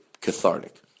cathartic